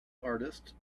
artist